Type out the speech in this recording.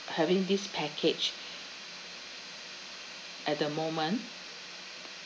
having this package at the moment